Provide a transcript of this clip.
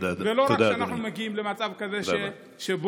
ולא רק כשאנחנו מגיעים למצב כזה שבו